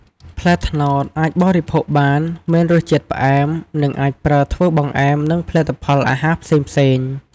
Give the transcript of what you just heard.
ផ្លែត្នោតអាចបរិភោគបាន មានរសជាតិផ្អែម និងអាចប្រើធ្វើបង្អែម និងផលិតផលអាហារផ្សេងៗ។